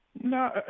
No